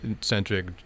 centric